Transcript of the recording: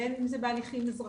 בין אם זה בהליכים אזרחיים.